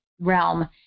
realm